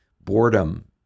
boredom